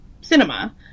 cinema